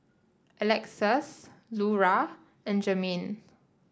Alexus Lura and Jermaine